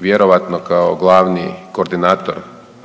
vjerojatno kao glavni koordinator